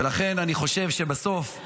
ולכן אני חושב שבסוף,